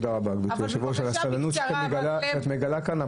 תודה רבה גבירתי היושב-ראש על הסבלנות שאת מגלה כאן,